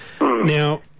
now